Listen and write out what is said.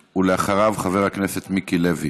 ואחריו, חבר הכנסת מיקי לוי.